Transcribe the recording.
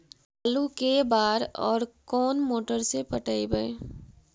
आलू के बार और कोन मोटर से पटइबै?